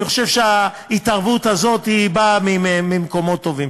אני חושב שההתערבות הזאת באה ממקומות טובים.